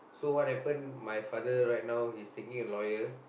so what happen my father right now he is taking a lawyer